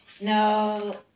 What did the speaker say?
No